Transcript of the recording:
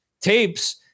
tapes